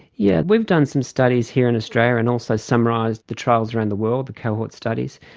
yes, we've done some studies here in australia and also summarised the trials around the world, the cohort studies.